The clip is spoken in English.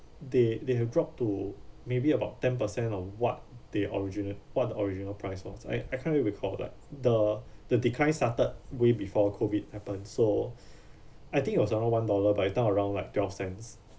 they they have dropped to maybe about ten percent of what they origina~ what the original price was I I can't really recall that the the declined started way before COVID happened so I think it was around one dollar but it turn around like twelve cents